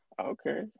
Okay